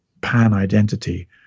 pan-identity